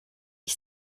ich